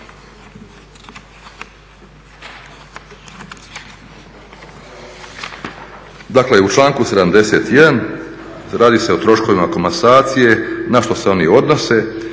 Dakle, u članku 71. radi se o troškovima komasacije na što se oni odnose.